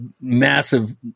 massive